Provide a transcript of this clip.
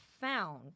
found